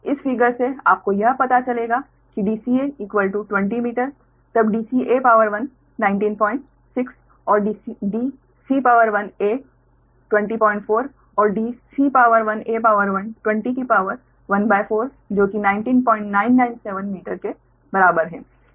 इस फिगर से आपको यह पता चलेगा कि dca 20 मीटर - तब dca196 और dca 204 और dca 20 की शक्ति ¼ जो की 19997 मीटर के बराबर है